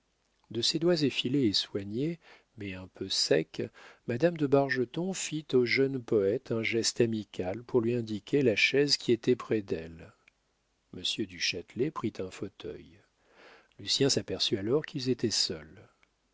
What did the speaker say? de ses doigts effilés et soignés mais un peu secs madame de bargeton fit au jeune poète un geste amical pour lui indiquer la chaise qui était près d'elle monsieur du châtelet prit un fauteuil lucien s'aperçut alors qu'ils étaient seuls